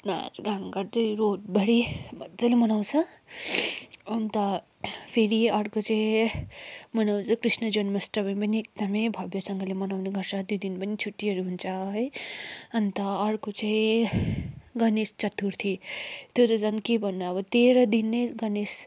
नाच गान गर्दै रोडभरि मजाले मनाउँछ अन्त फेरि अर्को चाहिँ मनाउँछ कृष्ण जन्मअष्टमी पनि एकदमै भव्यसँगले मनाउने गर्छ त्यो दिनपनि छुट्टीहरू हुन्छ है अन्त अर्को चाहिँ गणेश चतुर्थी त्यो त झन् के भन्नु र अब तेह्र दिन नै गणेश